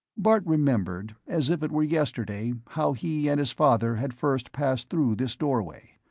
bart remembered, as if it were yesterday, how he and his father had first passed through this doorway.